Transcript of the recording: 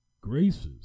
graces